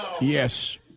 Yes